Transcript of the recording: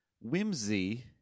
Whimsy